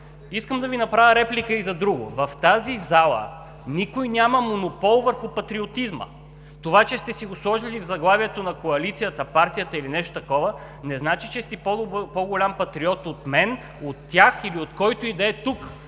Искам да Ви направя реплика и за друго. В тази зала никой няма монопол върху патриотизма. Това, че сте го сложили в заглавието на коалицията, партията или нещо такова, не значи, че сте по-голям патриот от мен, от тях или от когото и да е тук,